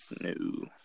No